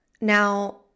Now